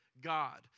God